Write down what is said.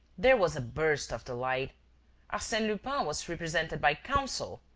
there was a burst of delight arsene lupin was represented by counsel!